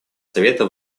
совета